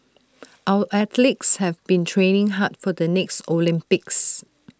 our athletes have been training hard for the next Olympics